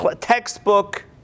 textbook